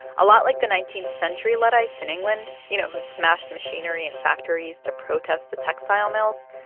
a lot like the nineteenth century luddites in england, you know, who smashed machinery and factories to protest the textile mills,